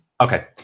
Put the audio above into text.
Okay